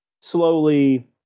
Slowly